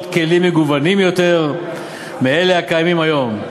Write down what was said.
כלים מגוונים יותר מאלה הקיימים היום.